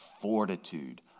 fortitude